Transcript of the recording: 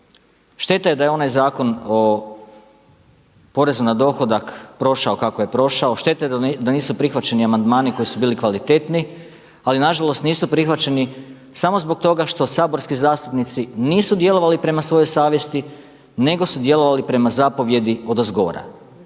Šteta je da je ona zakon o porezu na dohodak prošao kako je prošao, šteta je da nisu prihvaćeni amandmani koji su bili kvalitetni, ali nažalost nisu prihvaćeni samo zbog toga što saborski zastupnici nisu djelovali prema svojoj savjesti nego su djelovali prema zapovijedi odozgora.